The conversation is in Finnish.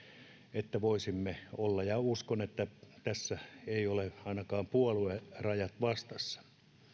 että voisimme ja uskon että tässä eivät ole ainakaan puoluerajat vastassa